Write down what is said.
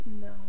No